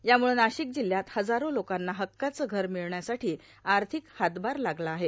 यामुळं नाशिक जिल्ह्यात हजारो लोकांना हक्काचं घर मिळविण्यासाठी आर्थिक हातभार लाभला आहे